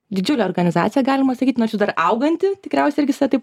didžiulė organizacija galima sakyt nors jūs dar auganti tikriausiai irgi save taip